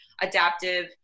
adaptive